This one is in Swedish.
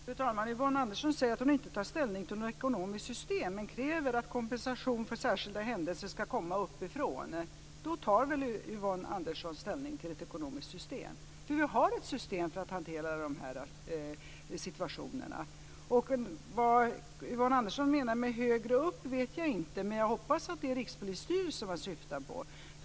Fru talman! Yvonne Andersson säger att hon inte tar ställning till något ekonomiskt system, men hon kräver att kompensation för särskilda händelser ska komma uppifrån. Då tar väl Yvonne Andersson ställning till ett ekonomiskt system? Vi har ett system för att hantera dessa situationer. Vad Yvonne Andersson menar med högre upp vet jag inte, men jag hoppas att hon syftar på Rikspolisstyrelsen.